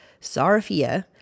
Sarafia